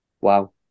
wow